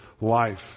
life